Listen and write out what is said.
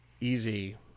easy